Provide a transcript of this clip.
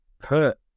put